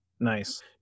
Nice